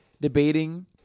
debating